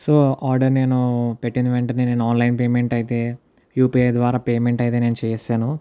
so order నేను పెట్టిన వెంటనే నేను ఆన్లైన్ పేమెంట్ అయితే యూపీఐ ద్వారా పేమెంట్ అయితే నేను చేసేసాను